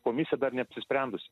komisija dar neapsisprendusi